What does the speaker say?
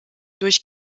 durch